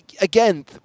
again